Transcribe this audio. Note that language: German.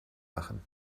machen